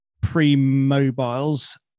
pre-mobiles